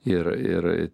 ir ir